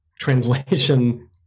translation